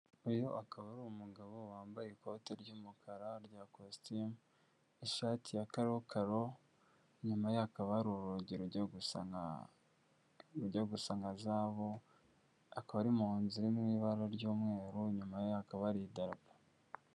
Uyu akaba ari umugabo wambaye ikoti ry'umukara rya kositimu, ishati ya karokaro, inyuma ye hakaba hari urugi rujya gusa nka zahabu, akaba hari mu nzu iri mu ibara ry'umweru, inyuma ye hakaba hari idarapo.